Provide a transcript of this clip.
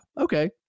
okay